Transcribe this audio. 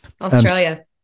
Australia